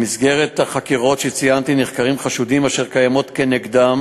במסגרת החקירות שציינתי נחקרים חשודים אשר קיימות נגדם